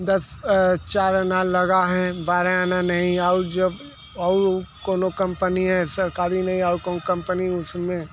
दस चार आना लगा है बारह आना नहीं और जब और कोनो कंपनी है सरकारी नहीं और कौन कंपनी उसमें